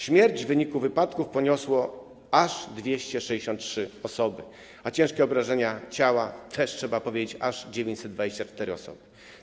Śmierć w wyniku wypadków poniosły aż 263 osoby, a ciężkich obrażeń ciała - to też trzeba powiedzieć - doznały aż 924 osoby.